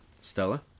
Stella